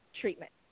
treatment